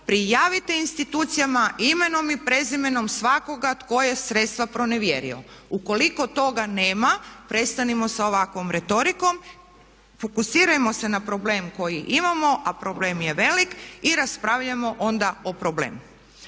prijavite institucijama, imenom i prezimenom svakoga tko je sredstva pronevjerio. Ukoliko toga nema prestanimo sa ovakvom retorikom, fokusirajmo se na problem koji imamo a problem je velik i raspravljajmo onda o problemu.